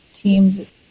Teams